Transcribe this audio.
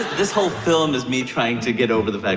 this whole film is me trying to get over the fact